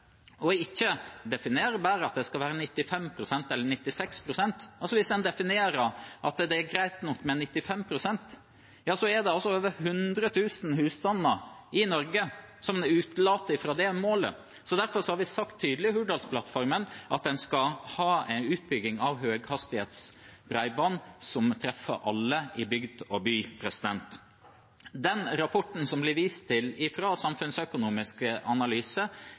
og ikke bare definere at det skal være 95 pst. eller 96 pst. Hvis en definerer at det er greit nok med 95 pst., er det altså over 100 000 husstander i Norge en utelater fra det målet. Derfor har vi sagt tydelig i Hurdalsplattformen at en skal ha en utbygging av høyhastighets bredbånd som treffer alle i bygd og by. Den rapporten som blir vist til fra Samfunnsøkonomisk analyse,